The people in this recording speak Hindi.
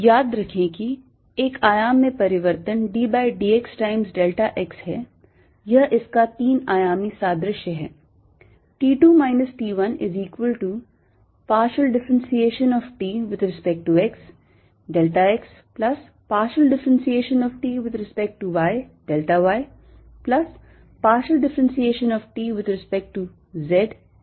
याद रखें कि एक आयाम में परिवर्तन d by d x times delta x है यह इसका तीन आयामी सादृश्य है